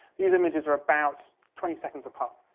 these images are about twenty seconds apart.